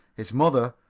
his mother,